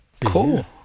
Cool